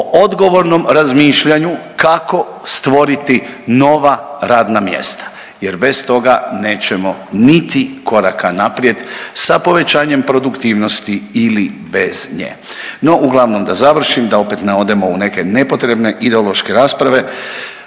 odgovornom razmišljanju kako stvoriti nova radna mjesta jer bez toga nećemo niti koraka naprijed sa povećanjem produktivnosti ili bez nje. No uglavnom da završim da opet ne odemo u neke nepotrebne ideološke rasprave,